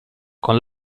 con